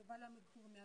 יובל פרנקל מעמיגור.